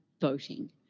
voting